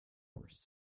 worse